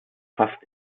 fast